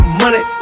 money